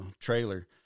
trailer